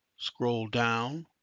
scroll down,